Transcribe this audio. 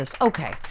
Okay